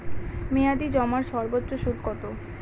মেয়াদি জমার সর্বোচ্চ সুদ কতো?